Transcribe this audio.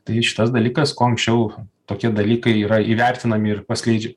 tai šitas dalykas kuo anksčiau tokie dalykai yra įvertinami ir paskleidžia